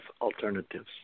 Alternatives